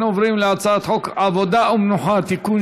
אנחנו עוברים להצעת חוק עבודה ומנוחה (תיקון,